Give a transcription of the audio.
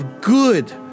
Good